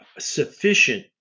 sufficient